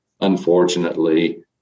unfortunately